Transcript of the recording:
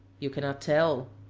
you can not tell.